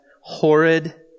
Horrid